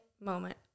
moment